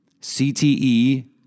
CTE